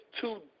two